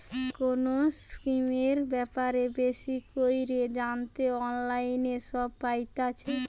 কোনো স্কিমের ব্যাপারে বেশি কইরে জানতে অনলাইনে সব পাইতেছে